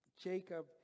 Jacob